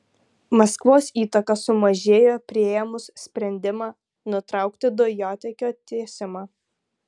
maskvos įtaka sumažėjo priėmus sprendimą nutraukti dujotiekio tiesimą